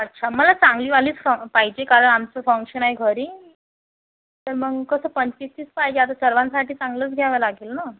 अच्छा मला चांगलीवालीच सा पाहिजे कारण आमचं फंक्शन आहे घरी तर मग कसं पंचवीस तीस पाहिजे आता सर्वांसाठी चांगलंच घ्यावं लागेल ना